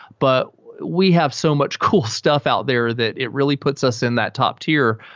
but we have so much cool stuff out there that it really puts us in that top tier,